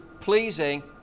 pleasing